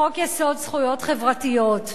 חוק-יסוד: זכויות חברתיות,